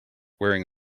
wearing